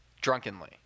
drunkenly